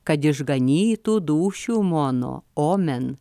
kad išganytų dūšių mono omen